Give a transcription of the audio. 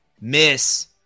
miss